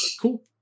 Cool